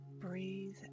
breathe